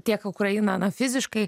tiek ukrainą na fiziškai